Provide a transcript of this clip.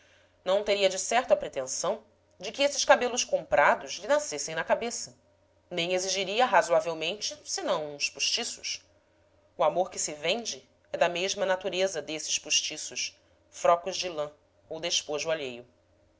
não teria de certo a pretensão de que esses cabelos comprados lhe nascessem na cabeça nem exigiria razoavelmente senão uns postiços o amor que se vende é da mesma natureza desses postiços frocos de lã ou despojo alheio